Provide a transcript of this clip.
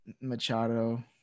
Machado